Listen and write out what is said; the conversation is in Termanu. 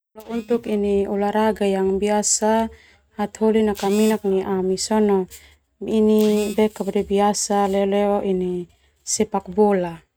Untuk ini olahraga yang biasa hataholi nakaminak ni ami sona ini biasa leleo ini sepak bola.